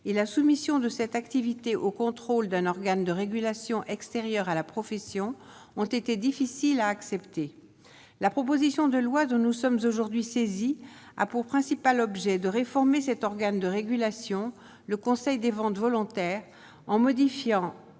et la soumission de cette activité au contrôle d'un organe de régulation extérieurs à la profession ont été difficiles à accepter la proposition de loi dont nous sommes aujourd'hui saisies a pour principal objet de réformer cet organe de régulation, le Conseil des ventes volontaires en modifiant